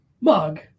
mug